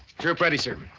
troops ready, sir.